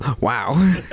wow